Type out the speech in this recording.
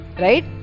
right